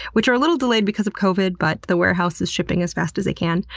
which are a little delayed because of covid, but the warehouse is shipping as fast as they can.